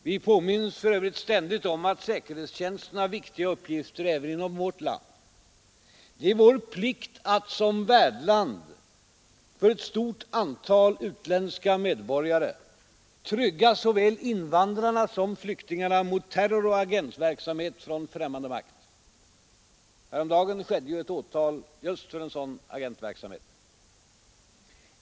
Vi påminns för Övrigt ständigt om att säkerhetstjänsten har viktiga uppgifter även inom vårt land. Det är vår plikt att som värdland för ett stort antal utländska medborgare trygga såväl invandrarna som flyktingarna mot terror och agentverksamhet från främmande makt. Häromdagen skedde ju ett åtal just för en sådan agentverksamhet.